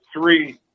three